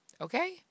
Okay